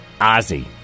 Ozzy